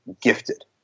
gifted